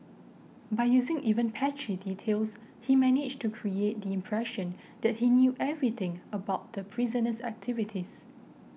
by using even patchy details he managed to create the impression that he knew everything about the prisoner's activities